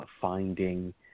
finding